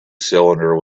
cylinder